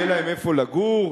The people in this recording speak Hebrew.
יהיה להם איפה לגור?